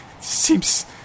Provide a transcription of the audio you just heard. seems